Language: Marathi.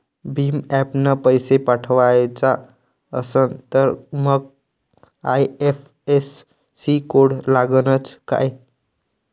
भीम ॲपनं पैसे पाठवायचा असन तर मंग आय.एफ.एस.सी कोड लागनच काय?